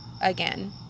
again